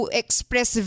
express